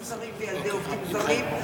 של עובדים זרים וילדי עובדים זרים,